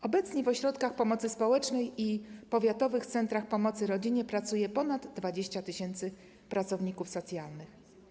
Obecnie w ośrodkach społecznych i w powiatowych centrach pomocy rodzinie pracuje ponad 20 tys. pracowników socjalnych.